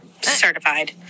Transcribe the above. Certified